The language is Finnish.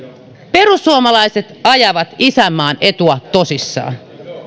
perussuomalaiset ajavat isänmaan etua tosissaan